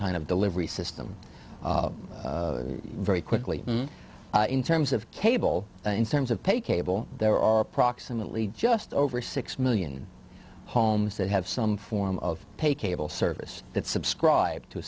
kind of delivery system very quickly in terms of cable in terms of pay cable there are approximately just over six million homes that have some form of pay cable service that subscribe to